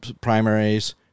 primaries